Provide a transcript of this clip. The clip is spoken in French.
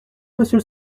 monsieur